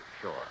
Sure